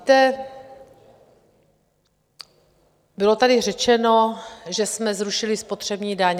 Víte, bylo tady řečeno, že jsme zrušili spotřební daň.